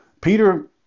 Peter